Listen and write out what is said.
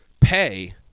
pay